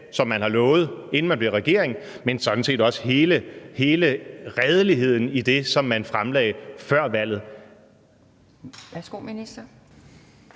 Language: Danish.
som man lovede, inden man blev regering, men sådan set også ved hele redeligheden i det, som man fremlagde før valget.